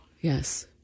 Yes